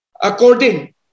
according